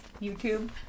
YouTube